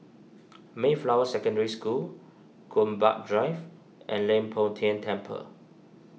Mayflower Secondary School Gombak Drive and Leng Poh Tian Temple